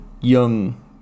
young